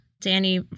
Danny